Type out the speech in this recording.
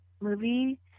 Movie